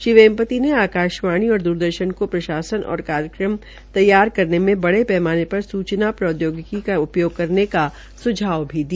श्री वेम्पति ने आकाशवाणी और द्रदर्शन को प्रशासन और कार्यक्रम तैयार करने में बड़े पैमाने पर सूचना प्रौद्योगिकी का उपयोग करने का सुझाव दिया